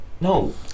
no